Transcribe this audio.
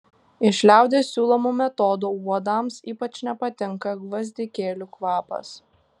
iš liaudies siūlomų metodų uodams ypač nepatinka gvazdikėlių kvapas